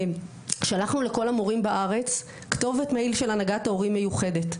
שלחנו לכל המורים בארץ כתובת מייל של הנהגת המורים מיוחדת.